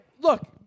look